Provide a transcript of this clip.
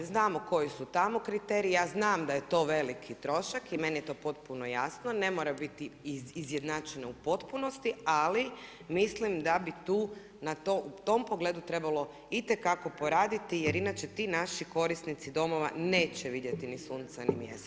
Znamo koji su tamo kriteriji, ja znam da je to veliki trošak i meni je to potpuno jasno, ne mora biti izjednačeno u potpunosti, ali mislim da bi tu u tom pogledu trebalo i te kako poraditi jer inače ti naši korisnici domova neće vidjeti ni sunca ni mjeseca.